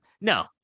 No